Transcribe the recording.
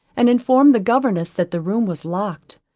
and informed the governess, that the room was locked,